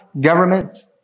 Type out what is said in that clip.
government